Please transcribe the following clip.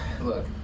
look